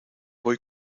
voy